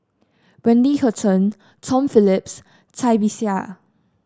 Wendy Hutton Tom Phillip Cai Bixia